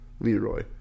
Leroy